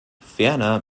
ferner